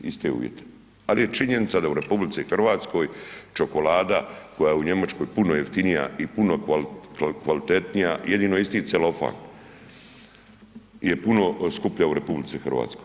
Iste uvjete, ali je činjenica da u RH čokolada koja je u Njemačkoj puno jeftinija i puno kvalitetnija, jedino isti celofan, je puno skuplja u RH.